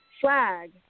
flag